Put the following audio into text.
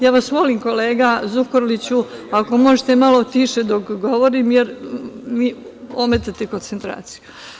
Ja vas molim, kolega Zukurliću, ako možete malo tiše dok govorim, jer mi ometate koncentraciju.